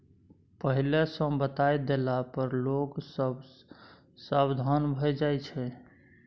पहिले सँ बताए देला पर लोग सब सबधान भए जाइ छै